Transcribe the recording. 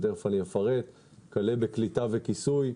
כלה בקליטה וכיסוי,